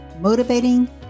Motivating